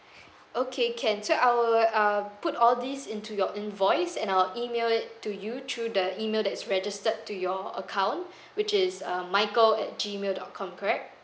okay can so I will uh put all these into your invoice and I'll email it to you through the email that is registered to your account which is uh michael at G mail dot com correct